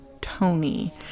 Tony